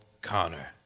Connor